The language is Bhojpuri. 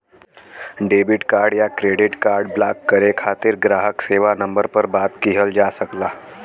डेबिट कार्ड या क्रेडिट कार्ड ब्लॉक करे खातिर ग्राहक सेवा नंबर पर बात किहल जा सकला